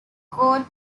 court